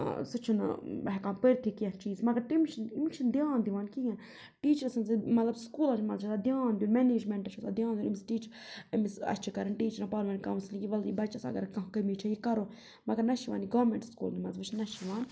سُہ چھُنہٕ ہٮ۪کان پٔرۍ تھٕے کینٛہہ چیٖز مگر تٔمِس چھِنہٕ أمِس چھِنہٕ دیان دِوان کِہیٖنۍ ٹیٖچرٕ سٕنٛز مطلب سکوٗلَن منٛز چھِ آسان دیان دیُن مٮ۪نیجمٮ۪نٛٹَس چھُ آسان دیان دیُن أمِس ٹیٖچ أمِس اَسہِ چھِ کَرٕنۍ ٹیٖچرَن پانہٕ ؤنۍ کاوسِلِنٛگ یہِ وَلہٕ یہِ بَچَس اگر کانٛہہ کٔمی چھےٚ یہِ کَرو مگر نہ چھِ یِوان یہِ گارمٮ۪نٛٹ سکوٗلَن منٛز وٕچھنہٕ نہ چھِ یِوان